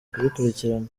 kubikurikirana